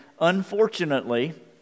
unfortunately